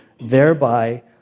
thereby